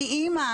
אני אימא.